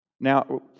Now